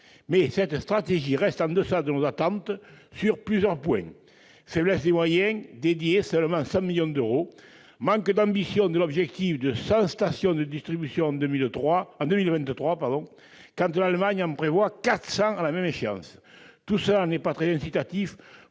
Mais cette stratégie reste en deçà de nos attentes sur plusieurs points : faiblesse des moyens dédiés- seulement 100 millions d'euros ; manque d'ambition de l'objectif de 100 stations de distribution en 2023- l'Allemagne en prévoit 400 à la même échéance. Tout cela n'est pas très incitatif